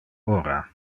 ora